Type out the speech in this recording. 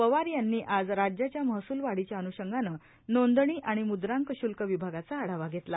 पवार यांनी आज राज्याच्या महसुलवाढीच्या अनुषंगाने नोंदणी आणि मुद्रांक शुल्क विभागाचा आढावा घेतला